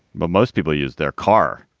but most people use their car